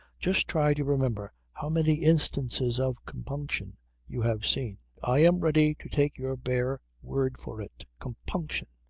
just try to remember how many instances of compunction you have seen. i am ready to take your bare word for it. compunction!